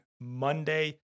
Monday